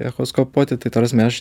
echoskopuoti tai ta prasme aš